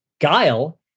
Guile